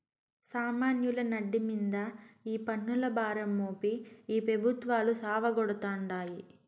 సామాన్యుల నడ్డి మింద ఈ పన్నుల భారం మోపి ఈ పెబుత్వాలు సావగొడతాండాయి